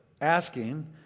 asking